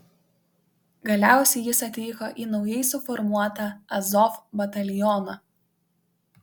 galiausiai jis atvyko į naujai suformuotą azov batalioną